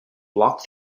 block